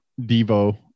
Devo